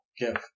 Give